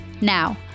Now